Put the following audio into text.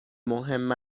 مهم